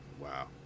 Wow